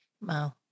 Wow